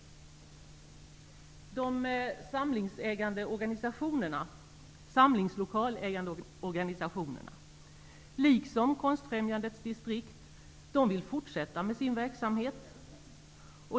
Konstfrämjandets distriktsorganisationer vill fortsätta med sin verksamhet.